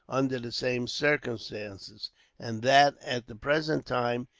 under the same circumstances and that, at the present time,